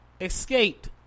escaped